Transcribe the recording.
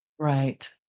Right